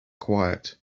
quiet